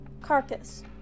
carcass